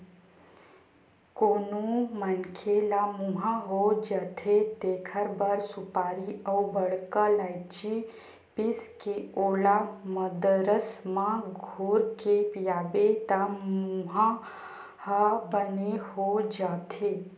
कोनो मनखे ल मुंहा हो जाथे तेखर बर सुपारी अउ बड़का लायची पीसके ओला मंदरस म घोरके पियाबे त मुंहा ह बने हो जाथे